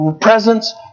presence